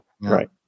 right